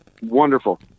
Wonderful